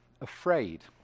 afraid